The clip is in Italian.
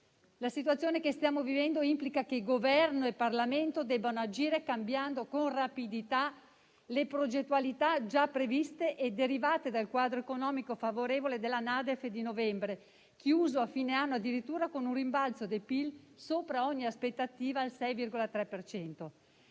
La situazione che stiamo vivendo implica che il Governo e il Parlamento debbano agire cambiando con rapidità le progettualità già previste e derivate dal quadro economico favorevole della Nota di aggiornamento al Documento di economia e finanze di novembre, chiuso a fine anno addirittura con un rimbalzo del PIL, sopra ogni aspettativa, al 6,3